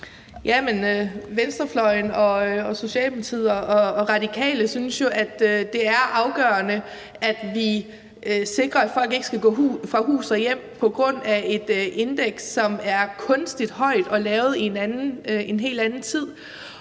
Jamen venstrefløjen og Socialdemokratiet og Radikale synes jo, det er afgørende, at vi sikrer, at folk ikke skal gå fra hus og hjem på grund af et indeks, der er kunstigt højt og lavet i en helt anden tid.